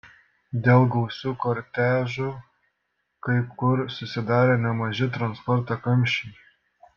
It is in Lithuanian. dėl gausių kortežų kai kur susidarė nemaži transporto kamščiai